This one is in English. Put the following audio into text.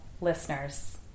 listeners